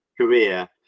career